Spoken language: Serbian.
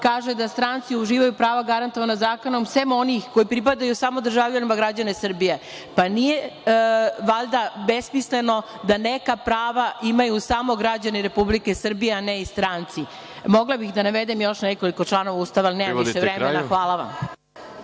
kaže da stranci uživaju prava garantovana zakonom, sem onih koji pripadaju samo državljanima, građanima Srbije. Pa, nije valjda besmisleno da neka prava imaju samo građani Republike Srbije, a ne i stranci? Mogla bih da navedem još nekoliko članova Ustava, ali nemam više vremena. Hvala.